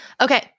Okay